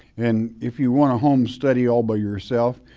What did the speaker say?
and if you want a home study all by yourself,